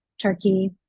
Turkey